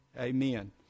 amen